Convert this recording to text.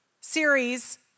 series